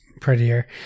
prettier